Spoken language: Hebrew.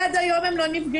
עד היום הם לא נפגשו.